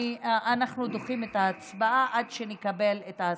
אנחנו דוחים את ההצבעה עד שנקבל את ההסכמות.